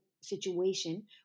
situation